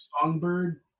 Songbird